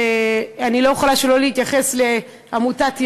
לא יכולה שלא להתייחס לעמותת "ידיד"